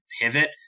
pivot